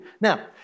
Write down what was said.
Now